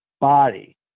body